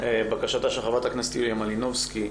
בקשתה של חברת הכנסת יוליה מלינובסקי,